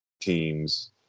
teams